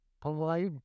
polite